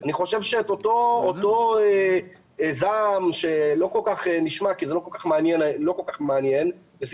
אני חושב שאותו זעם שלא כל כך נשמע כי זה לא כל כך מעניין לשמחתנו,